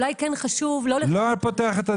לא פותח את הדיון.